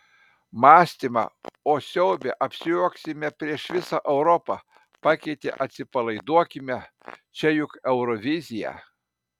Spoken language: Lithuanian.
mąstymą o siaube apsijuoksime prieš visą europą pakeitė atsipalaiduokime čia juk eurovizija